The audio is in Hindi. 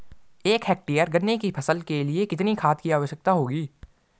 एक हेक्टेयर गन्ने की फसल के लिए कितनी खाद की आवश्यकता होगी?